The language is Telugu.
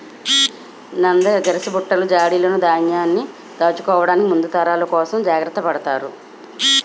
నంద, గరిసబుట్టలు, జాడీలును ధాన్యంను దాచుకోవడానికి ముందు తరాల కోసం జాగ్రత్త పడతారు